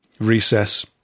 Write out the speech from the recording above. recess